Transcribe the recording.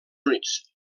units